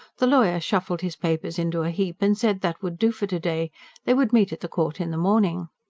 the lawyer shuffled his papers into a heap and said that would do for to-day they would meet at the court in the morning.